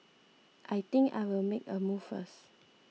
I think I'll make a move first